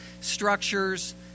structures